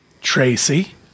Tracy